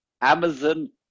Amazon